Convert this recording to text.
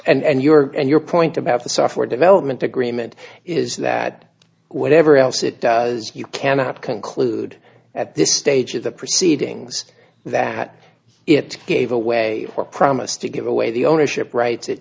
i and your and your point about the software development agreement is that whatever else it does you cannot conclude at this stage of the proceedings that it gave away or promise to give away the ownership rights it